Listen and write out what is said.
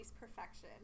perfection